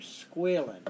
squealing